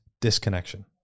disconnection